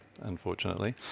unfortunately